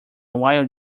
wild